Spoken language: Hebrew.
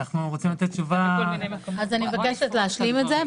אני מבקשת להשלים את זה.